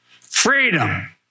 Freedom